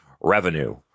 revenue